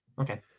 Okay